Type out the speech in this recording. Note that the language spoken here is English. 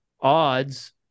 odds